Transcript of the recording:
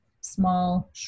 small